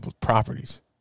properties